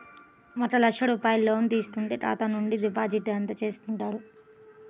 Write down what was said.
ఒక లక్ష రూపాయలు లోన్ తీసుకుంటే ఖాతా నుండి డిపాజిట్ ఎంత చేసుకుంటారు?